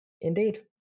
indeed